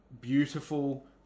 Beautiful